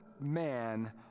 man